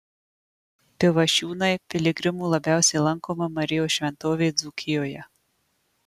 pivašiūnai piligrimų labiausiai lankoma marijos šventovė dzūkijoje